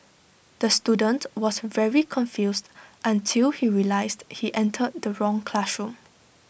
the student was very confused until he realised he entered the wrong classroom